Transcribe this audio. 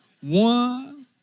One